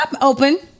open